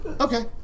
Okay